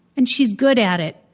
and she's good at it.